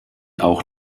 auch